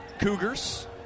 Cougars